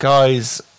guys